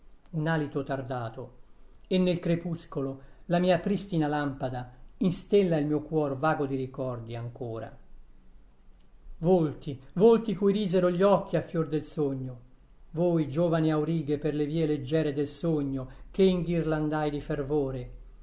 un alito tardato e nel crepuscolo la mia pristina lampada instella il mio cuor vago di ricordi ancora volti volti cui risero gli occhi a fior del sogno voi giovani aurighe per le vie leggere del sogno che inghirlandai di fervore